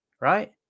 right